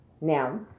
Now